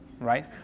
right